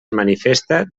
manifesta